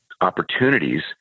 opportunities